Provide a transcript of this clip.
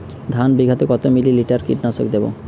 ধানে বিঘাতে কত মিলি লিটার কীটনাশক দেবো?